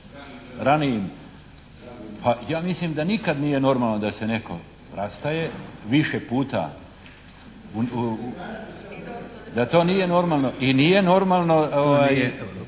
ja mislim da nikad nije normalno da se netko rastaje više puta, …/Upadica se ne čuje./… Da, to nije normalno.